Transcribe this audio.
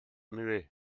muet